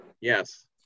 yes